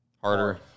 harder